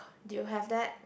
do you have that